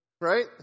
Right